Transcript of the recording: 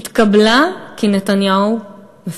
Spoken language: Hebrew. התקבלה כי נתניהו מפחד.